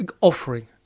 offering